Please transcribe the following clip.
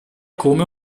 come